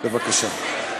בבקשה.